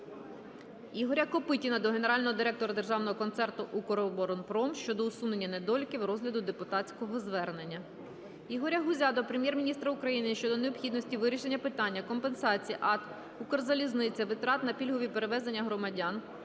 Ігоря Копитіна до Генерального директора Державного концерну "Укроборонпром" щодо усунення недоліків розгляду депутатського звернення. Ігоря Гузя до Прем'єр-міністра України щодо необхідності вирішення питання компенсації АТ "Укрзалізниця" витрат за пільгові перевезення громадян,